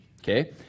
okay